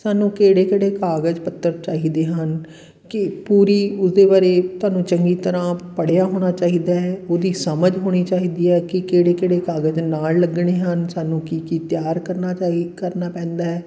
ਤੁਹਾਨੂੰ ਕਿਹੜੇ ਕਿਹੜੇ ਕਾਗਜ਼ ਪੱਤਰ ਚਾਹੀਦੇ ਹਨ ਕਿ ਪੂਰੀ ਉਸਦੇ ਬਾਰੇ ਤੁਹਾਨੂੰ ਚੰਗੀ ਤਰ੍ਹਾਂ ਪੜ੍ਹਿਆ ਹੋਣਾ ਚਾਹੀਦਾ ਹੈ ਉਹਦੀ ਸਮਝ ਹੋਣੀ ਚਾਹੀਦੀ ਹੈ ਕਿ ਕਿਹੜੇ ਕਿਹੜੇ ਕਾਗਜ਼ ਨਾਲ ਲੱਗਣੇ ਹਨ ਸਾਨੂੰ ਕੀ ਕੀ ਤਿਆਰ ਕਰਨਾ ਚਾਹੀ ਕਰਨਾ ਪੈਂਦਾ ਹੈ